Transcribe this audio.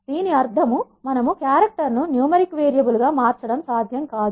దీని అర్థం మనము క్యారెక్టర్ ను న్యూమరిక్ వేరియబుల్ గా మార్చడం సాధ్యం కాదు